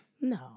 No